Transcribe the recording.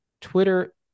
Twitter